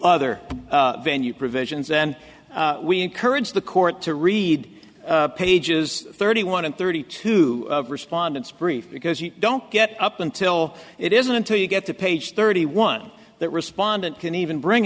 other venue provisions and we encourage the court to read pages thirty one and thirty two respondents brief because you don't get up until it isn't until you get to page thirty one that respondent can even bring